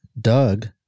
Doug